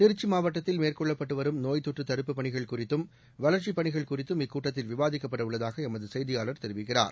திருச்சி மாவட்டத்தில் மேற்கொள்ளப்பட்டு வரும் நோய் தொற்று தடுப்புப் பணிகள் குறிததும் வளர்ச்சிப் பணிகள் குறித்தும் இக்கூட்டத்தில் விவாதிக்கப்பட உள்ளதாக எமது செய்தியாளர் தெரிவிக்கிறார்